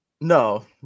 no